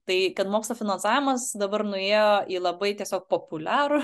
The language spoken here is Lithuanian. tai kad mokslo finansavimas dabar nuėjo į labai tiesiog populiarų